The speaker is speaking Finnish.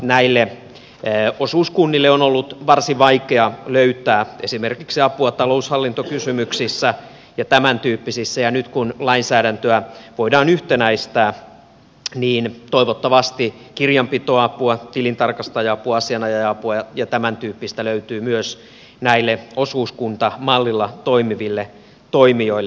näille osuuskunnille on ollut varsin vaikeaa löytää esimerkiksi apua taloushallintokysymyksissä ja tämäntyyppisissä ja nyt kun lainsäädäntöä voidaan yhtenäistää niin toivottavasti kirjanpitoapua tilintarkastaja apua asianajaja apua ja tämäntyyppistä löytyy myös näille osuuskuntamallilla toimiville toimijoille